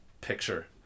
picture